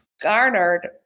garnered